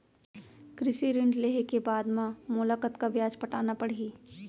कृषि ऋण लेहे के बाद म मोला कतना ब्याज पटाना पड़ही?